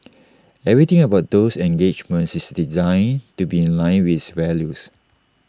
everything about those engagements is designed to be in line with its values